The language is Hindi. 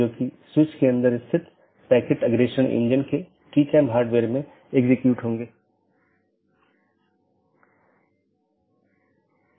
दूसरे अर्थ में जब मैं BGP डिवाइस को कॉन्फ़िगर कर रहा हूं मैं उस पॉलिसी को BGP में एम्बेड कर रहा हूं